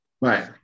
right